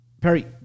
Perry